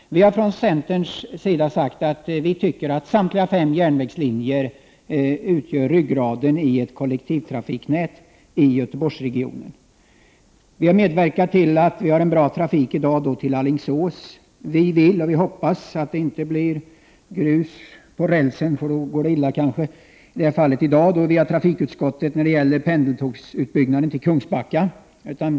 Vi har från centerns sida sagt att vi tycker att samtliga fem järnvägslinjer utgör ryggraden i ett kollektivtrafiknät när det gäller Göteborgsregionen. Vi har medverkat till att Göteborg har goda förbindelser med Alingsås. Vi vill och vi hoppas att det inte blir ”grus på rälsen”, för då går det kanske illa, vilket var fallet i trafikutskottet när pendeltågsutbyggnaden till Kungsbacka diskuterades.